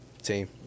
team